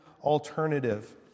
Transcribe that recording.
alternative